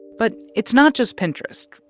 but it's not just pinterest.